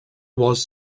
was